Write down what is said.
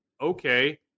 okay